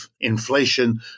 inflation